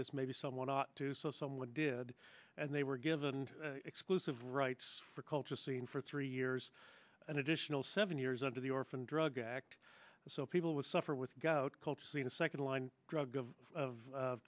this maybe someone ought to so someone did and they were given exclusive rights for cultural scene for three years an additional seven years under the orphan drug act so people would suffer with gout cult see the second line drug of